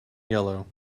yellow